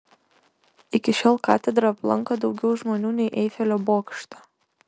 iki šiol katedrą aplanko daugiau žmonių nei eifelio bokštą